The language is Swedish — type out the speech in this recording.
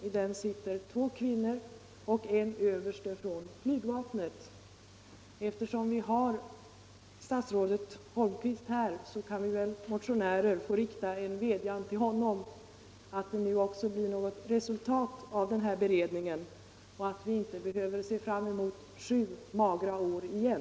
I den sitter två kvinnor och en överste från flygvapnet. Eftersom vi har statsrådet Holmqvist här kan väl vi motionärer få rikta en vädjan till honom — att det nu också blir något resultat av den här beredningen och att vi inte behöver se fram mot sju magra år igen.